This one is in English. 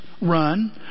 run